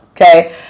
Okay